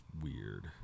weird